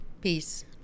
peace